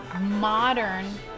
modern